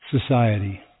society